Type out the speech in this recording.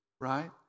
right